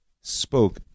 spoke